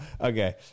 okay